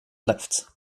left